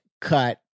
cut